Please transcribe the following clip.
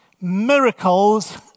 miracles